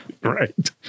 Right